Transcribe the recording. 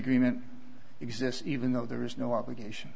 agreement exists even though there is no obligation